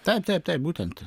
taip taip taip būtent